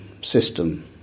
system